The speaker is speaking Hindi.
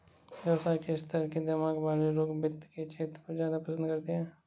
व्यवसाय के स्तर के दिमाग वाले लोग वित्त के क्षेत्र को ज्यादा पसन्द करते हैं